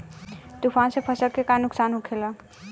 तूफान से फसल के का नुकसान हो खेला?